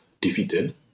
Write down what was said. defeated